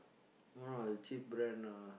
one of the cheap brand ah